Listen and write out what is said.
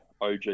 OG